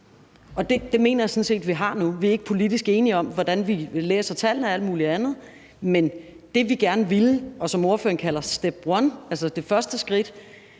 ud. Det mener jeg sådan set vi har nu. Vi er ikke politisk enige om, hvordan vi læser tallene og alt muligt andet, men det, vi gerne ville, og som ordføreren kalder step one, altså det første skridt,